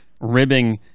ribbing